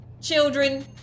children